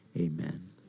Amen